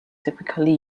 typically